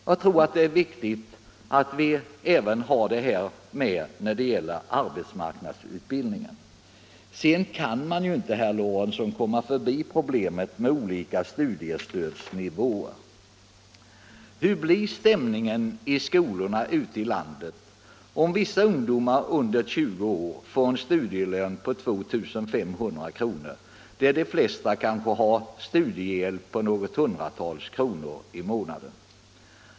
Jag tror det är viktigt att tänka på detta även när det gäller arbetsmarknadsutbildningen. Sedan kan man inte, herr Lorentzon, komma förbi problemet med olika studiestödsnivåer. Hurdan blir stämningen i skolorna ute i landet om vissa ungdomar under 20 år får en studielön på 2 500 kr., medan de flesta kanske har en studiehjälp på något hundratal kronor i månaden?